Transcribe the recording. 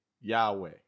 Yahweh